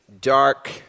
dark